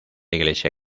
iglesia